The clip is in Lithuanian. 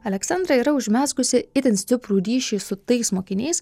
aleksandra yra užmezgusi itin stiprų ryšį su tais mokiniais